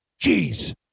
jeez